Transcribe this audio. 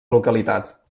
localitat